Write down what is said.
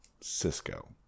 Cisco